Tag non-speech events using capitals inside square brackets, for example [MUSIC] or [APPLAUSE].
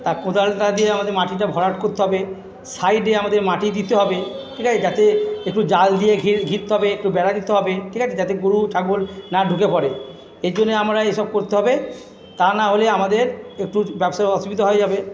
আর কোদালটা দিয়ে আমাদের মাটিটা ভরাট করতে হবে সাইডে আমাদের মাটি দিতে হবে ঠিক আছে যাতে একটু জাল দিয়ে ঘিরতে হবে একটু বেড়া দিতে হবে ঠিক আছে যাতে গরু ছাগল না ঢুকে পড়ে এর জন্যে আমরা এসব করতে হবে তা নাহলে আমাদের [UNINTELLIGIBLE] ব্যবসার অসুবিধা হয়ে যাবে